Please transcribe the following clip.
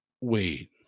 wait